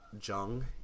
jung